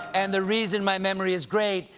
and the reason my memory is great,